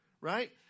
right